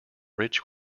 rich